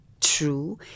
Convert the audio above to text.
true